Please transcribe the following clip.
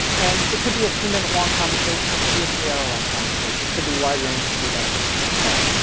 and it could be a two minute long conversation or it could be a three hour long conversation. it could be wide ranging. it could be about a specific thing.